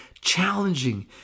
challenging